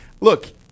Look